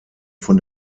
von